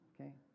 Okay